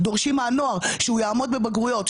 דורשים מהנוער שהוא יעמוד בבגרויות,